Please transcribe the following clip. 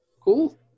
Cool